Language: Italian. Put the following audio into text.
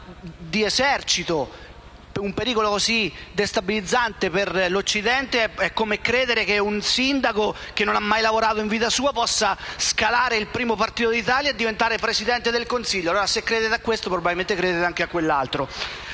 militare, un pericolo così destabilizzante per l'Occidente, è come credere che un sindaco che non ha mai lavorato in vita sua possa scalare il primo partito d'Italia e diventare Presidente del Consiglio. Certo, se credete a questo, probabilmente crederete anche a quell'altro!